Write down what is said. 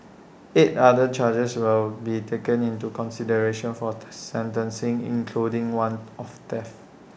eight other charges will be taken into consideration for the sentencing including one of theft